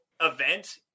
event